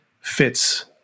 fits